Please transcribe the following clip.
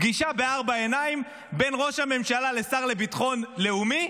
פגישה בארבע עיניים בין ראש הממשלה לשר לביטחון לאומי,